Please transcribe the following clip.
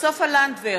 סופה לנדבר,